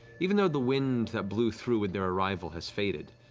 even though the wind that blew through with their arrival has faded,